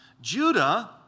Judah